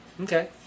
Okay